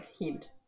hint